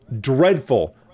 dreadful